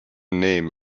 name